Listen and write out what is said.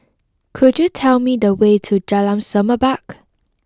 could you tell me the way to Jalan Semerbak